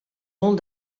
molt